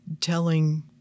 telling